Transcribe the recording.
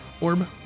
orb